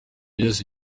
byose